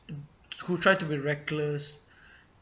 who try to be reckless